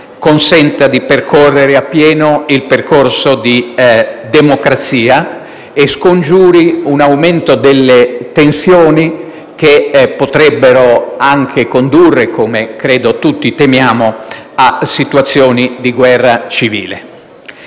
consenta di percorrere appieno il percorso di democrazia e scongiuri un aumento delle tensioni che potrebbero anche condurre, come credo tutti temiamo, a situazioni di guerra civile.